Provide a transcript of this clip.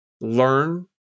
learn